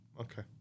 okay